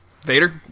Vader